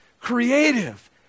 creative